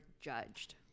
judged